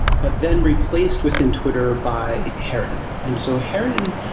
but then replaced within twitter by heron. and so heron,